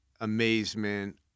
amazement